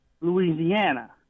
Louisiana